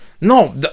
No